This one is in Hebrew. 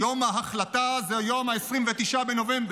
יום ההחלטה זה יום 29 בנובמבר,